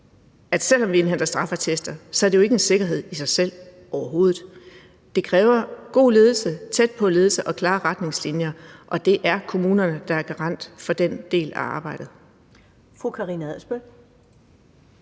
at selv om vi indhenter straffeattester, er det jo ikke en sikkerhed i sig selv overhovedet. Det kræver god ledelse, tæt på-ledelse og klare retningslinjer, og det er kommunerne, der er garant for den del af arbejdet.